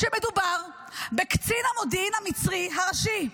שמדובר בקצין המודיעין המצרי הראשי,